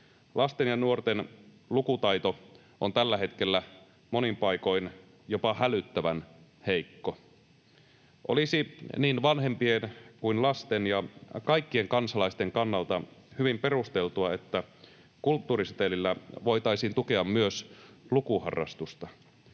Lasten ja nuorten lukutaito on tällä hetkellä monin paikoin jopa hälyttävän heikko. Olisi niin vanhempien kuin lasten ja kaikkien kansalaisten kannalta hyvin perusteltua, että kulttuurisetelillä voitaisiin tukea myös lukuharrastusta.